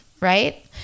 right